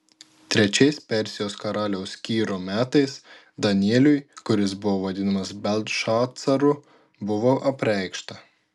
trečiais persijos karaliaus kyro metais danieliui kuris buvo vadinamas beltšacaru buvo apreikšta